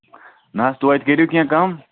نہ حظ تویتہِ کٔرِو کیٚنہہ کَم